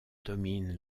domine